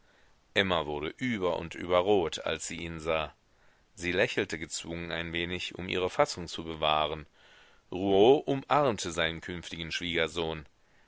emma wurde über und über rot als sie ihn sah sie lächelte gezwungen ein wenig um ihre fassung zu bewahren rouault umarmte seinen künftigen schwiegersohn